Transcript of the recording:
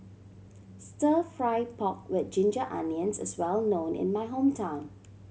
Stir Fry pork with ginger onions is well known in my hometown